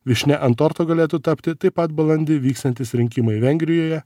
vyšnia ant torto galėtų tapti taip pat balandį vyksiantys rinkimai vengrijoje